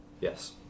Yes